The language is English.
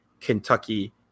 Kentucky